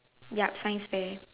yup science fair